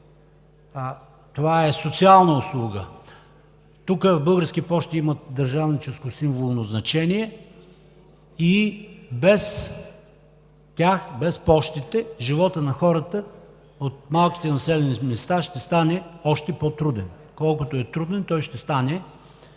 това е социална услуга. Там Български пощи имат държавническо, символно значение и без тях, без Пощите животът на хората от малките населени места ще стане още по-труден. Колкото е труден, той ще стане